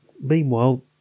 meanwhile